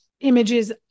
images